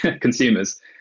consumers